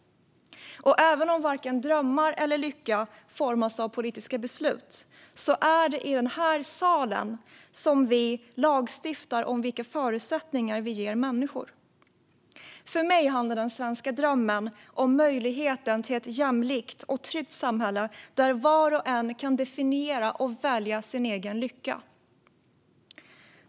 Även om varken drömmar eller lycka formas av politiska beslut är det i den här salen som vi lagstiftar om vilka förutsättningar vi ger människor. För mig handlar den svenska drömmen om möjligheten till ett jämlikt och tryggt samhälle där var och en kan definiera och välja sin egen lycka.